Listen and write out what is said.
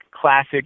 classic